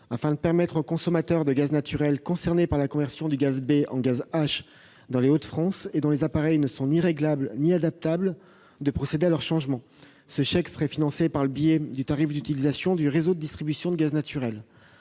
afin de permettre aux consommateurs de gaz naturel concernés par la conversion du gaz B en gaz H dans les Hauts-de-France et dont les appareils ne sont ni réglables ni adaptables de procéder à leur changement. Ce chèque serait financé par le biais du tarif d'utilisation du réseau de distribution de gaz naturel.